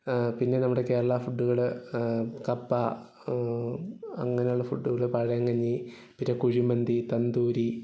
പിന്നെ നമ്മുടെ കേരളാ ഫുഡുകൾ കപ്പ അങ്ങനെ ഉള്ള ഫുഡുകൾ പഴയ കഞ്ഞി പിന്നെ കുഴിമന്തി തന്തൂരി